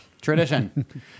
Tradition